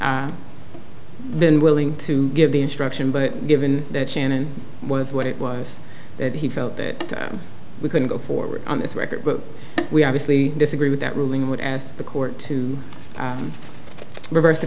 shannon been willing to give the instruction but given that shannon was what it was that he felt that we couldn't go forward on this record but we obviously disagree with that ruling would ask the court to reverse the